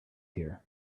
here